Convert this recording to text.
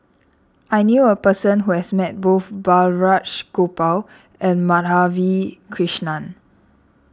I knew a person who has met both Balraj Gopal and Madhavi Krishnan